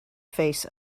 face